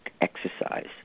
exercise